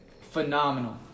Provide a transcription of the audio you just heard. phenomenal